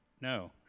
No